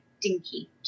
dinky